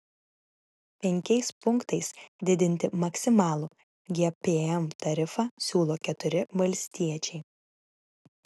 penkiais punktais didinti maksimalų gpm tarifą siūlo keturi valstiečiai